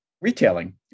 retailing